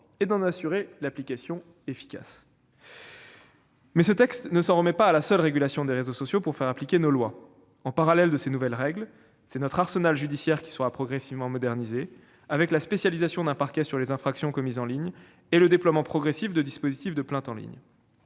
et à en garantir une application efficace. Pour autant, ce texte ne s'en remet pas à la seule régulation des réseaux sociaux pour faire appliquer nos lois. Parallèlement à l'instauration de ces nouvelles règles, c'est notre arsenal judiciaire qui sera progressivement modernisé, avec la mise en place d'un parquet spécialisé dans les infractions commises en ligne et le déploiement progressif de dispositifs de plainte en ligne.